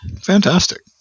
fantastic